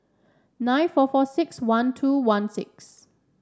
nine four four six one two one six